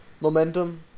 momentum